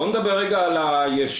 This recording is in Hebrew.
בואו נדבר רגע על הישות.